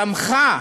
שתמכה